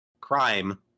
crime